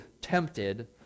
tempted